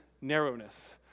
narrowness